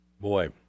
Boy